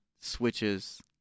switches